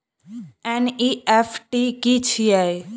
NEFT की छीयै?